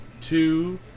two